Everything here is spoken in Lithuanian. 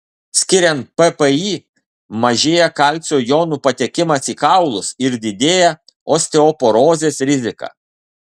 skiriant ppi mažėja kalcio jonų patekimas į kaulus ir didėja osteoporozės rizika